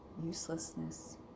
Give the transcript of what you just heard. uselessness